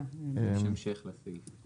יש המשך לסעיף.